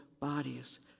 bodies